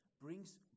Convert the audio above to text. brings